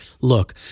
look